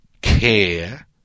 care